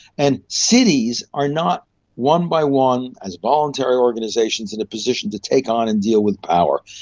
and cities are not one by one as voluntary organisations in a position to take on and deal with power.